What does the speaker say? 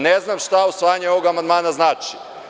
Ne znam šta usvajanje ovog amandmana znači?